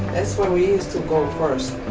that's where we used to go first.